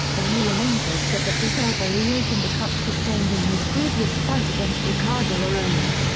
emelianenko said that this elbow reopened a cut sustained in his previous fight against ricardo arona.